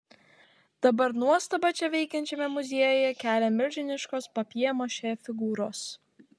dabar nuostabą čia veikiančiame muziejuje kelia milžiniškos papjė mašė figūros